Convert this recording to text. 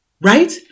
right